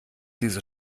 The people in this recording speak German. diese